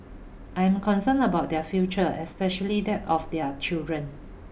I am concerned about their future especially that of their children